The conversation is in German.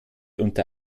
unter